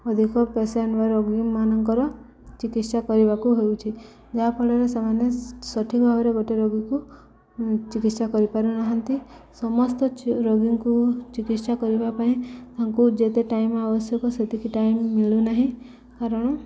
ଅଧିକ ପେସେଣ୍ଟ ବା ରୋଗୀ ମାନଙ୍କର ଚିକିତ୍ସା କରିବାକୁ ହେଉଛିି ଯାହାଫଳରେ ସେମାନେ ସଠିକ୍ ଭାବରେ ଗୋଟେ ରୋଗୀକୁ ଚିକିତ୍ସା କରିପାରୁନାହାନ୍ତି ସମସ୍ତ ରୋଗୀଙ୍କୁ ଚିକିତ୍ସା କରିବା ପାଇଁ ତାଙ୍କୁ ଯେତେ ଟାଇମ୍ ଆବଶ୍ୟକ ସେତିକି ଟାଇମ୍ ମିଳୁନାହିଁ କାରଣ